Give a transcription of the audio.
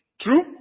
True